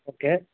okay